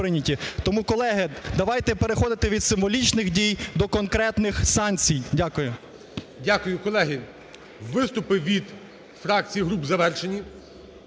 Тому, колеги, давайте переходити від символічних дій до конкретних санкцій. Дякую. ГОЛОВУЮЧИЙ. Дякую. Колеги, виступи від фракцій і груп завершені.